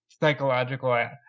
psychological